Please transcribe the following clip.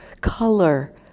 color